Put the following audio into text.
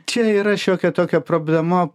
čia yra šiokia tokia problema